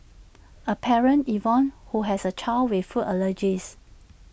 A parent Yvonne who has A child with food allergies